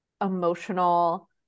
emotional